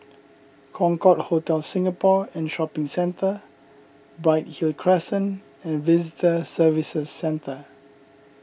Concorde Hotel Singapore and Shopping Centre Bright Hill Crescent and Visitor Services Centre